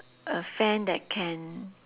a fan that can